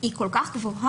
הן מאוד גבוהות.